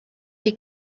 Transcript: die